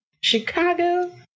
Chicago